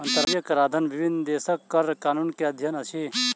अंतरराष्ट्रीय कराधन विभिन्न देशक कर कानून के अध्ययन अछि